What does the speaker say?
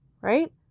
Right